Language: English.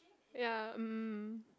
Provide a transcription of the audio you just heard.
ya mm